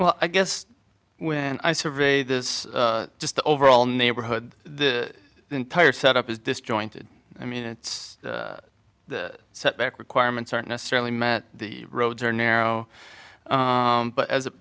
well i guess when i survey this just the overall neighborhood the entire set up is disjointed i mean it's set back requirements aren't necessarily met the roads are narrow but as it